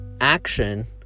action